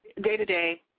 day-to-day